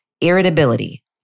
irritability